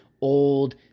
old